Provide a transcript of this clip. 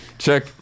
Check